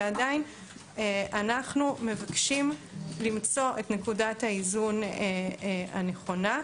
ועדיין אנחנו מבקשים למצוא את נקודת האיזון הנכונה.